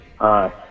Hi